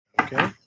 Okay